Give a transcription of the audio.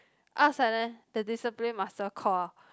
out a sudden the discipline master call